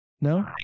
No